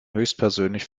höchstpersönlich